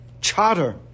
charter